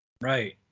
Right